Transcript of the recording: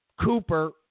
Cooper